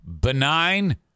benign